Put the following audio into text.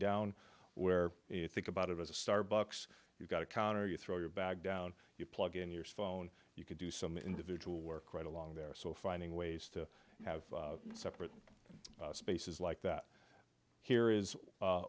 down where it think about it as a starbucks you've got a counter you throw your bag down you plug in your phone you could do some individual work right along there so finding ways to have separate spaces like that here is